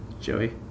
Joey